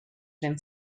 ben